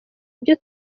ibyo